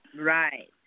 Right